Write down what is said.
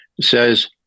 says